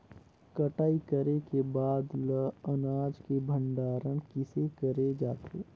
कटाई करे के बाद ल अनाज के भंडारण किसे करे जाथे?